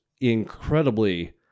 incredibly